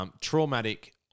traumatic